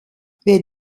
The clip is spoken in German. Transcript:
wir